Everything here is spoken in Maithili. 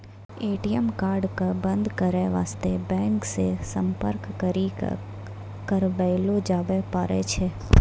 ए.टी.एम कार्ड क बन्द करै बास्ते बैंक से सम्पर्क करी क करबैलो जाबै पारै छै